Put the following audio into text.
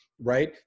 right